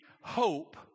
hope